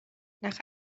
nach